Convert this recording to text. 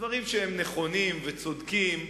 דברים שהם נכונים וצודקים,